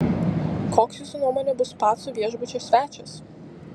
koks jūsų nuomone bus pacų viešbučio svečias